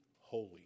holy